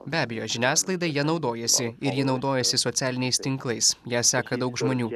be abejo žiniasklaidai ja naudojasi ir ji naudojasi socialiniais tinklais ją seka daug žmonių